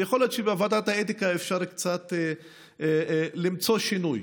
ויכול להיות שבוועדת האתיקה אפשר קצת למצוא שינוי: